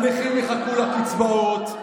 הנכים יחכו לקצבאות,